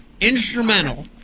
instrumental